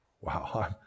wow